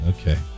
Okay